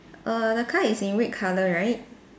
err the car is in red colour right